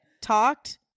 Talked